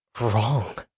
wrong